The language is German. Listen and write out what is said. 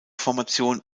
formation